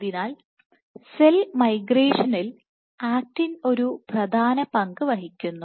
അതിനാൽ സെൽ മൈഗ്രേഷനിൽ ആക്റ്റിൻ ഒരു പ്രധാന പങ്ക് വഹിക്കുന്നു